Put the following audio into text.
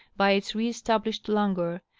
by its re-established languor,